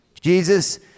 Jesus